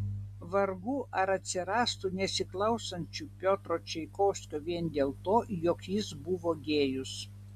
vargu ar atsirastų nesiklausančių piotro čaikovskio vien dėl to jog jis buvo gėjus